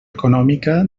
econòmica